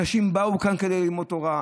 אנשים באו לכאן כדי ללמוד תורה,